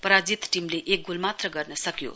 पराजित टीमले एक गोल मात्र गर्न सक्यो